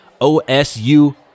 OSU